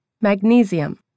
Magnesium